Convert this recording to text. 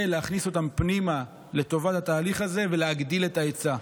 ולהכניס אותם פנימה לטובת התהליך הזה ולהגדיל את ההיצע.